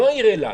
לא העיר אילת.